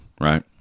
Right